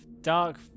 dark